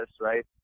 right